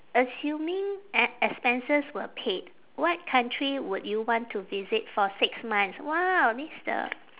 assuming e~ expenses were paid what country would you want to visit for six months !wow! this the